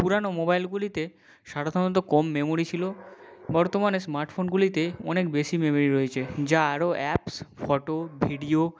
পুরানো মোবাইলগুলিতে কম মেমোরি ছিলো বর্তমানে স্মার্টফোনগুলিতে অনেক বেশি মেমোরি রয়েছে যা আরও অ্যাপস ফটো ভিডিও